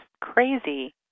crazy